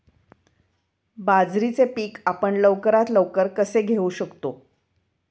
बाजरीचे पीक आपण लवकरात लवकर कसे घेऊ शकतो?